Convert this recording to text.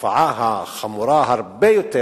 התופעה החמורה הרבה יותר